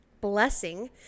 blessing